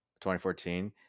2014